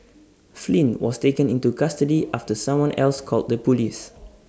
Flynn was taken into custody after someone else called the Police